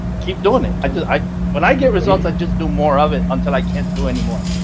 keep doing it. i just i, when i get results, i just do more of it until i can't do any more.